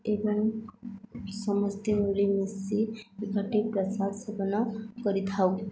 ଏବଂ ସମସ୍ତେ ମିଳିମିଶି ଏକାଠି ପ୍ରସାଦ ସେବନ କରିଥାଉ